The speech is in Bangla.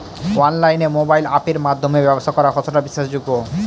অনলাইনে মোবাইল আপের মাধ্যমে ব্যাবসা করা কতটা বিশ্বাসযোগ্য?